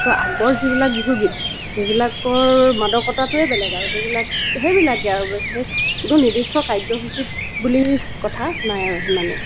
ত' আগৰ যিবিলাক বিহু গীত সেইবিলাকৰ মাদকতাটোৱেই বেলেগ আৰু সেইবিলাক সেইবিলাকেই আৰু কোনো নিৰ্দিষ্ট কাৰ্যসূচীত বুলি কথা নাই আৰু সিমানে